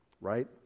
right